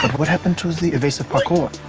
what happened to the evasive parkour?